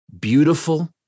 beautiful